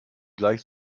gleich